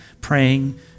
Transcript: praying